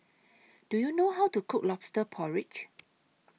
Do YOU know How to Cook Lobster Porridge